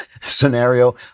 scenario